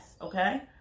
okay